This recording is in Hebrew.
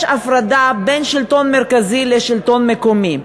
יש הפרדה בין שלטון מרכזי לשלטון מקומי.